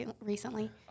recently